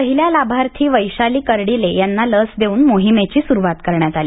पहिल्या लाभार्थी वैशाली कर्डिले यांना लस देऊन मोहिमेची सुरुवात करण्यात आली